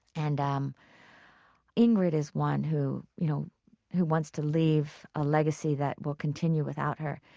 and um ingrid is one who you know who wants to leave a legacy that will continue without her.